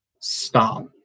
stop